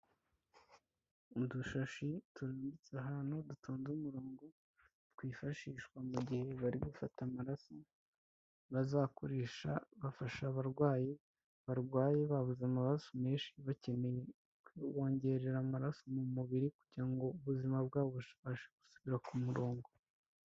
Mu dushashi turambitse ahantu dutonze umurongo, twifashishwa mu gihe bari gufata amaraso bazakoresha bafasha abarwayi barwaye babuze amarasu menshi bakeneye kubongerera amaraso mu mubiri kugira ngo ubuzima bwabo bubashe gusubira ku murongo.